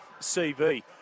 CV